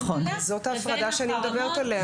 נכון, זאת ההפרדה שאני מדברת עליה.